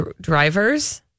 Drivers